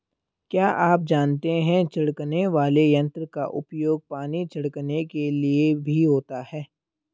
क्या आप जानते है छिड़कने वाले यंत्र का उपयोग पानी छिड़कने के लिए भी होता है?